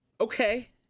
okay